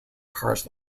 cars